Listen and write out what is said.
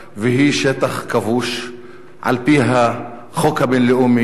והיא שטח כבוש על פי החוק הבין-לאומי.